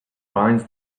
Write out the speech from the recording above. binds